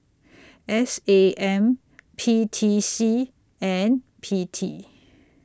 S A M P T C and P T